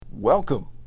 Welcome